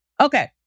Okay